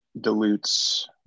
dilutes